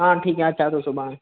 हा ठीकु आहे अचां थो सुभाणे